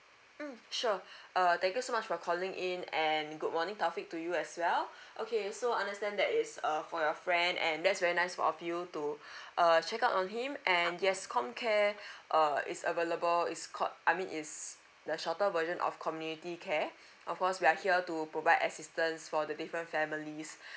mm sure uh thank you so much for calling in and good morning taufiq to you as well okay so understand that is uh for your friend and that's very nice of you to uh check out on him and yes comcare uh is available is called I mean is the shorter version of community care of course we are here to provide assistance for the different families